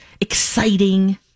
exciting